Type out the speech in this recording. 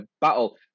battle